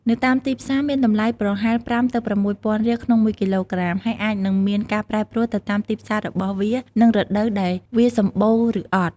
នៅតាមទីផ្សារវាមានតម្លៃប្រហែល ៥ ទៅ ៦ ពាន់រៀលក្នុងមួយគីឡូក្រាម ហើយអាចនិងមានការប្រែប្រួលទៅតាមទីផ្សាររបស់វានិងរដូវដែលវាសម្បូរឬអត់។